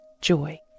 joy